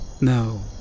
No